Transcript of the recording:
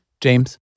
James